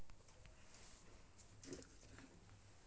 राजगिरा एकटा अल्पकालिक बरमसिया गाछ छियै